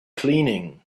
cleaning